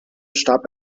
starb